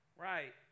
right